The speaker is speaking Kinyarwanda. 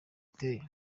iteye